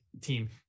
team